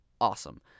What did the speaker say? awesome